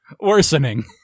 worsening